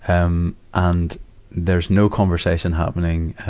um and there's no conversation happening,